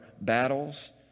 battles